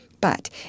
But